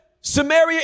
Samaria